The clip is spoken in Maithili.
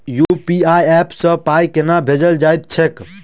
यु.पी.आई ऐप सँ पाई केना भेजल जाइत छैक?